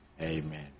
Amen